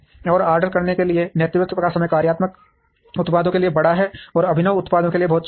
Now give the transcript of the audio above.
और ऑर्डर करने के लिए नेतृत्व का समय कार्यात्मक उत्पादों के लिए बड़ा है और अभिनव उत्पादों के लिए बहुत छोटा है